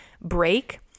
break